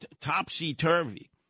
topsy-turvy